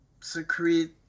secrete